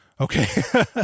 Okay